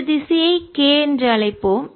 இந்த திசையை k என்று அழைப்போம்